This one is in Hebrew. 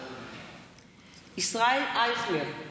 מתחייב אני ישראל אייכלר,